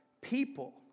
people